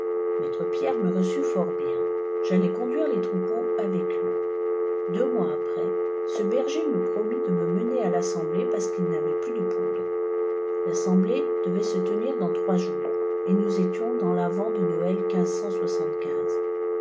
mattre pierre me reçut fori bien allaia eondmra ibt troupeaux avec lui deux mois après ce bger me jsmftit de léte mener à l'assemblée parce qu il n'avait plus de pouoreu l'aa semblée devait se tenir dans trois jours tt nous étîoiis dane far vent de noël